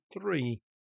three